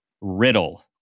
riddle